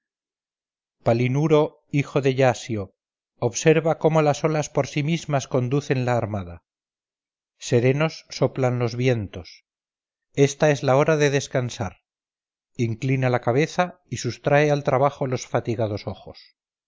manera palinuro hijo de iasio observa cómo las olas por sí mismas conducen la armada serenos soplan los vientos esta es la hora de descansar inclina la cabeza y sustrae al trabajo los fatigados ojos